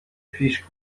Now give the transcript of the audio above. پیش